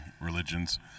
religions